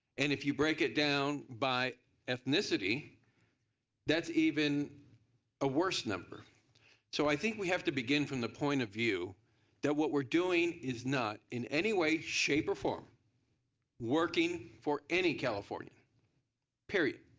and if you break it down by ethnicity that's even a worse number so i think we have to begin from the point of view what we're doing is not in any way shape or form working for any californian period,